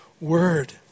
word